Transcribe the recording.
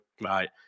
right